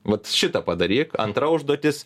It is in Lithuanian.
vat šitą padaryk antra užduotis